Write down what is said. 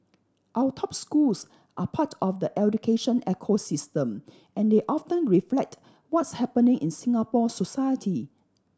our top schools are part of the education ecosystem and they often reflect what's happening in Singapore society